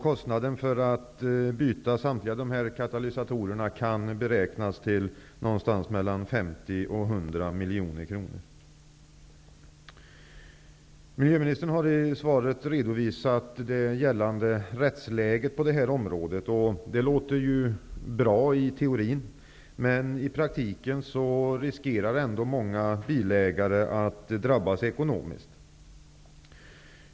Kostnaden för att byta samtliga dessa katalysatorer kan beräknas till mellan 50 och 100 miljoner kronor. Miljöministern har i svaret redovisat det gällande rättsläget på detta område. Det låter bra i teorin. Men i praktiken riskerar ändå många bilägare att drabbas ekonomiskt.